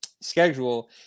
Schedule